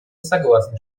согласны